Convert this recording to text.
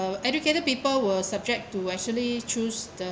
uh educated people were subject to actually choose the